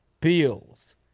Bills